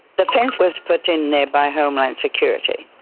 the fence was put in there by homeland security.